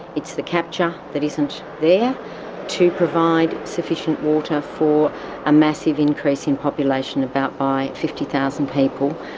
it's the capture that isn't there to provide sufficient water for a massive increase in population, about by fifty thousand people.